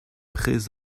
prez